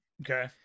okay